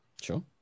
sure